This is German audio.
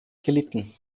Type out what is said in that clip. gelitten